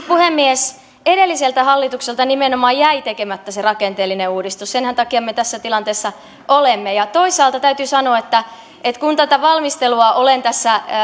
puhemies edelliseltä hallitukselta nimenomaan jäi tekemättä se rakenteellinen uudistus senhän takia me tässä tilanteessa olemme ja toisaalta täytyy sanoa että että kun tätä valmistelua olen tässä